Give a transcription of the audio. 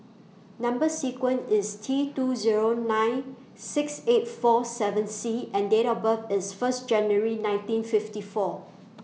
Number sequence IS T two Zero nine six eight four seven C and Date of birth IS First January nineteen fifty four